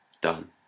done